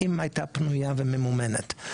אם הייתה פנויה וממומנת.